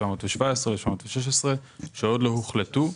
717 ו-716, שעוד לא הוחלטו,